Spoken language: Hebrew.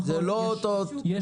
זה לא אותו --- נכון,